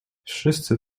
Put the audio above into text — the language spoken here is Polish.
wszyscy